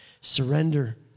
Surrender